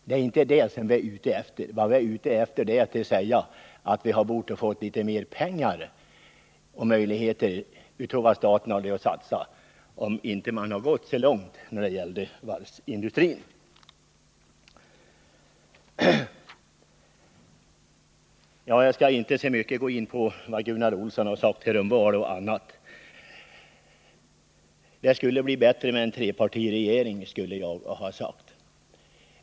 Det är inte det vi är ute efter, utan vi - Nr 26 säger att vi borde ha kunnat få litet mera pengar av vad staten har att satsa, om Måndagen den man inte hade gått så långt när det gäller varvsindustrin. 12 november 1979 Jag skall inte så mycket gå in på vad Gunnar Olsson har sagt här om val och annat. Det skulle bli bättre med en trepartiregering, skulle jag ha sagt.